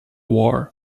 war